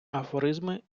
афоризми